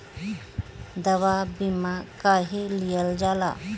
दवा बीमा काहे लियल जाला?